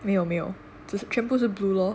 没有没有全部是 blue lor